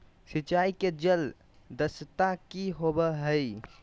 सिंचाई के जल दक्षता कि होवय हैय?